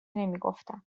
نمیگفتم